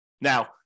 Now